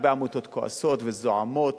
הרבה עמותות כועסות וזועמות,